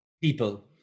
People